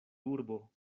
urbo